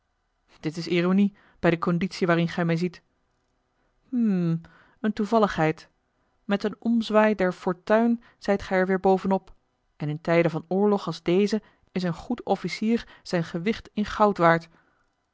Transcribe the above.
dit is ironie bij de conditie waarin gij mij ziet hm eene toevalligheid met een omzwaai der fortuin zijt gij er weêr boven op en in tijden van oorlog als deze is een goed officier zijn wicht in goud waard